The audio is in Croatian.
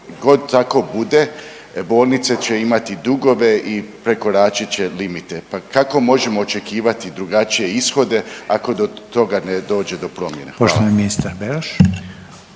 god tako bude bolnice će imati dugove i prekoračit će limite. Pa kako možemo očekivati drugačije ishode ako do toga ne dođe do promjene. Hvala.